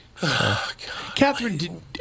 Catherine